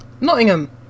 Nottingham